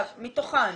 מתוכן,